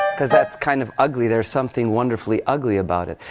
because that's kind of ugly. there's something wonderfully ugly about it.